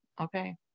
Okay